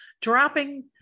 dropping